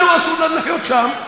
לנו אסור לחיות שם,